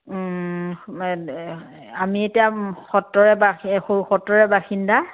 মেদে আমি এতিয়া সত্ৰৰে বাসে সৰু সত্ৰৰে বাসিন্দা